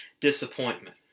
disappointment